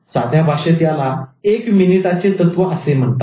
तर साध्या भाषेत याला 'एक मिनिटाचे तत्व' असे म्हणतात